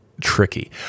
tricky